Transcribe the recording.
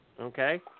okay